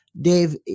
Dave